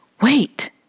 Wait